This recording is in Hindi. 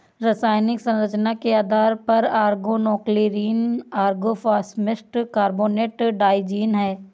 रासायनिक संरचना के आधार पर ऑर्गेनोक्लोरीन ऑर्गेनोफॉस्फेट कार्बोनेट ट्राइजीन है